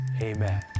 Amen